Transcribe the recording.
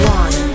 one